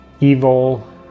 evil